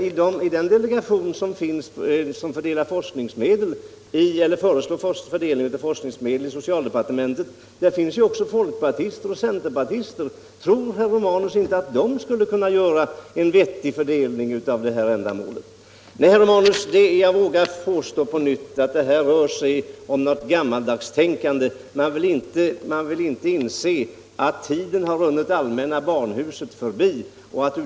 I den delegation som föreslår fördelningen av forskningsmedel i socialdepartementet finns det ju också folkpartister och centerpartister med. Tror inte herr Romanus att de skulle kunna göra en vettig fördelning för det här ändamålet? Nej, herr Romanus, jag vågar på nytt påstå att det rör sig om något slags gammaldags tänkande: man vill inte inse att tiden har runnit allmänna barnhuset förbi.